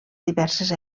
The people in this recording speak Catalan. diverses